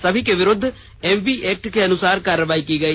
सभी के विरुद्ध एमवी एक्ट के अनुसार कार्रवाई की गई